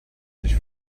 sich